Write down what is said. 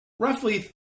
Roughly